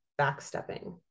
backstepping